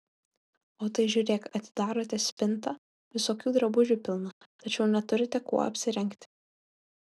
o tai žiūrėk atidarote spintą visokių drabužių pilna tačiau neturite kuo apsirengti